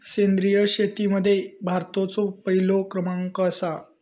सेंद्रिय शेतीमध्ये भारताचो पहिलो क्रमांक आसा